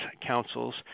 councils